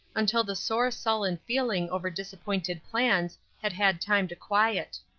until the sore sullen feeling over disappointed plans had had time to quiet.